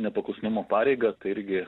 nepaklusnumo pareigą tai irgi